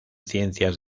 ciencias